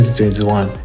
2021